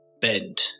bend